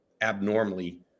abnormally